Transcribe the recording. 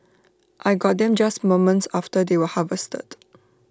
I got them just moments after they were harvested